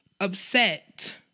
upset